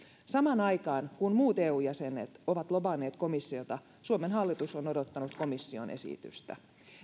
samaan aikaan kun muut eu jäsenet ovat lobanneet komissiota suomen hallitus on odottanut komission esitystä